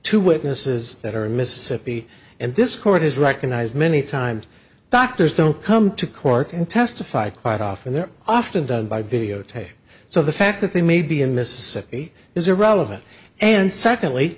two witnesses that are in mississippi and this court has recognized many times doctors don't come to court and testify quite often they're often done by videotape so the fact that they may be in mississippi is irrelevant and secondly